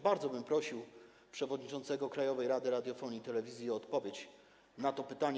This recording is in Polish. Bardzo bym prosił przewodniczącego Krajowej Rady Radiofonii i Telewizji o odpowiedź na to pytanie.